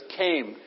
came